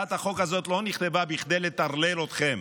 הצעת החוק הזאת לא נכתבה כדי לטרלל אתכם